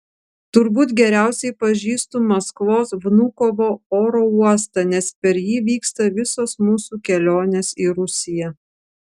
turbūt geriausiai pažįstu maskvos vnukovo oro uostą nes per jį vyksta visos mūsų kelionės į rusiją